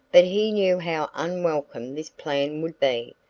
but he knew how unwelcome this plan would be,